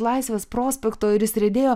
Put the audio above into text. laisvės prospekto ir jis riedėjo